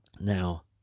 Now